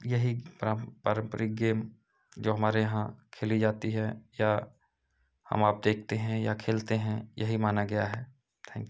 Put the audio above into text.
यही प्रा पारम्परिक गेम जो हमारे यहाँ खेली जाती है या हम आप देखते हैं या खेलते हैं यही माना गया है थैन्क